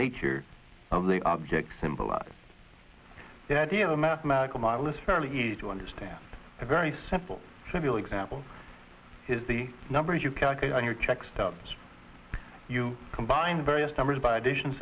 nature of the objects symbolize the idea of a mathematical majlis fairly easy to understand a very simple trivial example is the number you calculate on your check stubs you combine the various numbers by addition